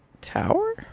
Tower